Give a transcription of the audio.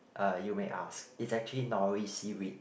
uh you may ask it's actually nori seaweed